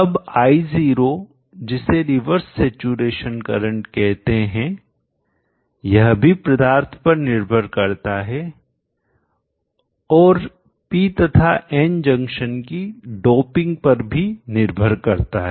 अब I0 जिसे reverse saturation current कहते हैं यह भी प्रदार्थ पर निर्भर करता है और पी तथा एन जंक्शन की डोपिंग पर भी निर्भर करता है